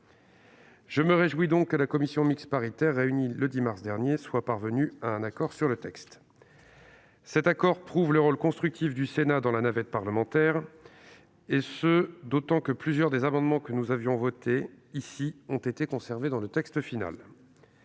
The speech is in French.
Je me réjouis donc que la commission mixte paritaire, réunie le 10 mars dernier, soit parvenue à un accord sur le texte. Cet accord prouve le rôle constructif du Sénat dans la navette parlementaire, d'autant que plusieurs des amendements que nous avions votés ont été conservés dans le texte final.